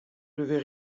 devait